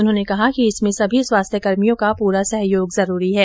उन्होंने कहा कि इसमें सभी स्वास्थ्यकर्मियों का पूरा सहयोग जरूरी है